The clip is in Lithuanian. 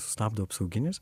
sustabdo apsauginis